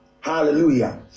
Hallelujah